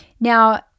Now